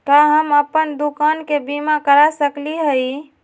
का हम अप्पन दुकान के बीमा करा सकली हई?